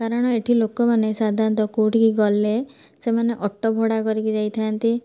କାରଣ ଏଠି ଲୋକମାନେ ସାଧାରଣତଃ କେଉଁଠିକି ଗଲେ ସେମାନେ ଅଟୋ ଭଡ଼ା କରିକି ଯାଇଥାନ୍ତି